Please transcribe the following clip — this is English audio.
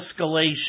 escalation